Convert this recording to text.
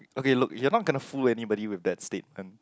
okay look you're not gonna fool anybody with that statement